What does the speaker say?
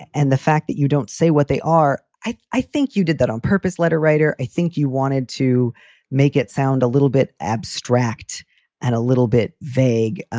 and the fact that you don't say what they are, i i think you did that on purpose. letter writer i think you wanted to make it sound a little bit abstract and a little bit vague